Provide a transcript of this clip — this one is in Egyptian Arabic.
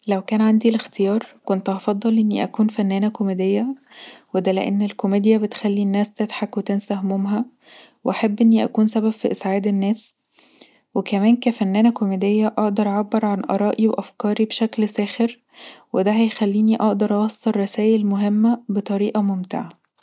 لو كان عندي الاختيار كنا هفضل اني اكون فنانه كوميديه وده لأن الكوميديا بتخلي الناس تضحك وتنسي همومها واحب اني اكون سبب في اسعاد الناس وكمان كفنانه كوميديه اقدر اعبر عن آرائي وافكاري بشكل ساخر وده هيخليني اقدر اوصل رسايل مهمه بطريقه ممتعه